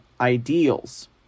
ideals